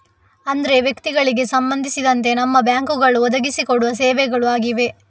ಅಂದ್ರೆ ವ್ಯಕ್ತಿಗಳಿಗೆ ಸಂಬಂಧಿಸಿದಂತೆ ನಮ್ಮ ಬ್ಯಾಂಕುಗಳು ಒದಗಿಸಿ ಕೊಡುವ ಸೇವೆಗಳು ಆಗಿವೆ